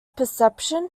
perception